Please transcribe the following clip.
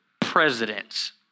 Presidents